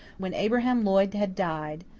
when abraham lloyd had died,